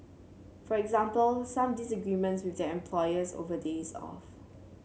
for example some disagreements with their employers over days off